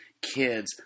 kids